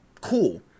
cool